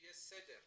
שיהיה סדר בנושא.